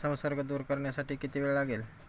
संसर्ग दूर करण्यासाठी किती वेळ लागेल?